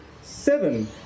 seven